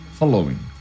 following